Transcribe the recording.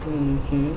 mmhmm